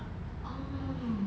oh